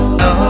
no